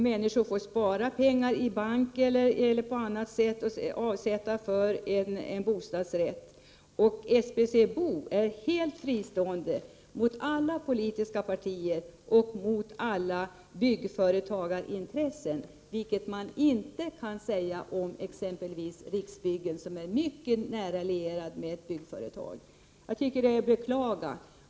Människor får spara pengar i bank eller på annat sätt för att avsätta medel för en bostadsrätt. SBC BO är helt fristående mot alla politiska partier och mot alla byggföretagarintressen, vilket man inte kan säga om exempelvis Riksbyggen som är mycket nära lierat med ett byggföretag. Jag tycker att det är att beklaga.